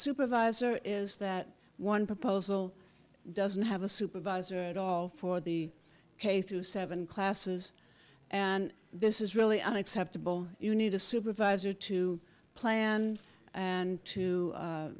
supervisor is that one proposal doesn't have a supervisor at all for the case to seven classes and this is really unacceptable you need a supervisor to plan and to